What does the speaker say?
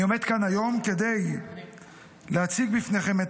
אני עומד כאן היום כדי להציג בפניכם את